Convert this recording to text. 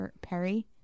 Perry